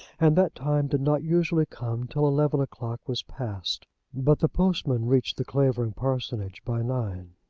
and that time did not usually come till eleven o'clock was past but the postman reached the clavering parsonage by nine.